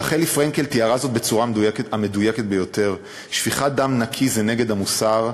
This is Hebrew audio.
רחלי פרנקל תיארה זאת בצורה המדויקת ביותר: שפיכת דם נקי זה נגד המוסר,